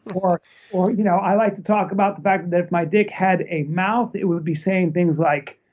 or or you know, i like to talk about the fact that if my dick had a mouth, it would be saying things like,